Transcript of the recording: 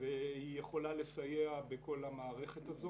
והיא יכולה לסייע בכל המערכת הזאת.